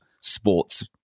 sports